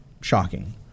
shocking